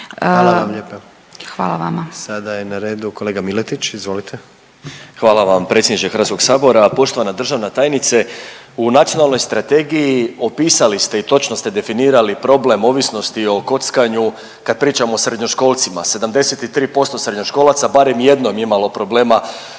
Gordan (HDZ)** Sada je na redu kolega Miletić, izvolite. **Miletić, Marin (MOST)** Hvala vam predsjedniče HS-a. Poštovana državna tajnice. U nacionalnoj strategiji opisali ste i točno ste definirali problem ovisnosti o kockanju kad pričamo o srednjoškolcima, 73% srednjoškolaca barem je jednom imalo problema